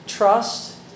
Trust